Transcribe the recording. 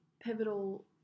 pivotal